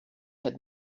had